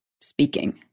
speaking